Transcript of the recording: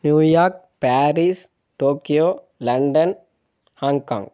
New York Paris Tokyo London Hong Kong